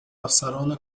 افسران